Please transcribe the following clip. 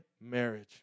marriage